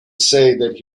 that